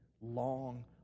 long